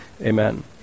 Amen